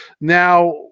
Now